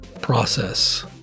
process